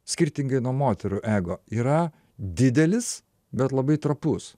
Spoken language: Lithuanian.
skirtingai nuo moterų ego yra didelis bet labai trapus